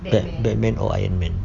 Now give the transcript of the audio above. bat batman or iron man